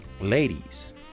ladies